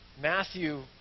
Matthew